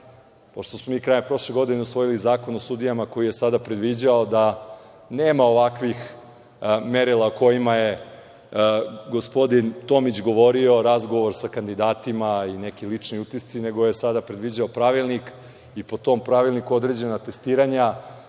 Pošto smo mi krajem prošle godine usvojili Zakon o sudijama koji je tada predviđao da nema ovakvih merila o kojima je gospodin Tomić govorio, razgovor sa kandidatima i neki lični utisci, nego je tada predviđao pravilnik i po tom pravilniku određena testiranja.Zašto